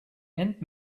and